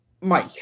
Mike